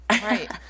Right